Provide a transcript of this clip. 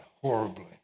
horribly